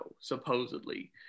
supposedly